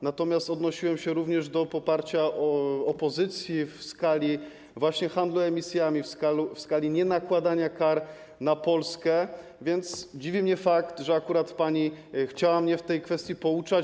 Natomiast odnosiłem się również do poparcia opozycji właśnie w skali handlu emisjami, w skali nienakładania kar na Polskę, więc dziwi mnie fakt, że akurat pani chciała mnie w tej kwestii pouczać.